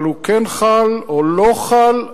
אבל הוא כן חל או לא חל עלי,